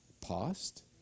past